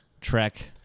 trek